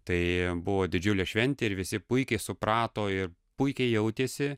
tai buvo didžiulė šventė ir visi puikiai suprato ir puikiai jautėsi